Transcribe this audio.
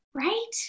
Right